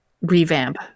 revamp